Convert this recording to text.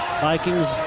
Vikings